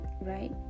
Right